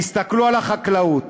תסתכלו על החקלאות,